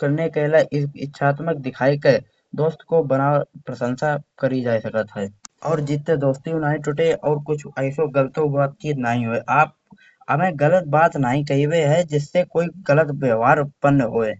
करने के लाए दिखायेके दोस्त को प्रशंसा करी जाये सकत है। और जिससे दोस्तिु नाहीं टूटेये और कछु ऐसा गलतऊ बातचीत नाहीं हुए आप अभये गलत बात नाहीं कहिवे है। जिससे कोई गलत व्यवहार उत्पन्न होए।